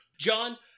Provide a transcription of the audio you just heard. John